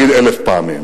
לא אגיד אלף פעמים,